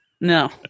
No